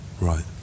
Right